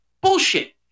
bullshit